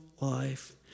life